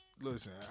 Listen